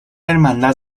hermandad